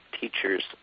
teachers